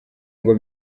ngo